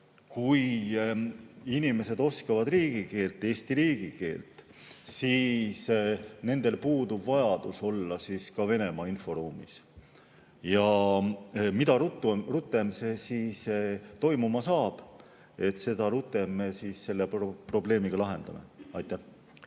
kui inimesed oskavad riigikeelt, Eesti riigikeelt, siis nendel puudub vajadus olla ka Venemaa inforuumis. Ja mida rutem see toimuma saab, seda rutem me selle probleemi ka lahendame. Jaa,